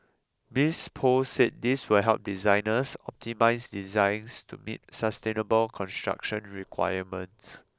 Miss Poh said this will help designers optimise designs to meet sustainable construction requirements